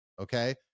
okay